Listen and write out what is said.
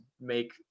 make